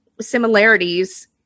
similarities